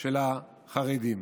של החרדים.